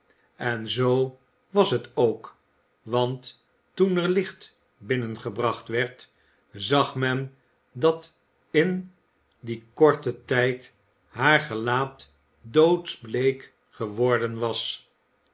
en zoo was het ook want toen er licht binnengebracht werd zag men dat in dien korten tijd haar gelaat doodsbleek geworden was